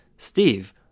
Steve